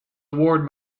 ward